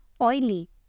oily